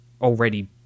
already